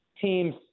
teams